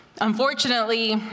Unfortunately